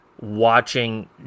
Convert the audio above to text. watching